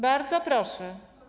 Bardzo proszę.